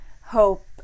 hope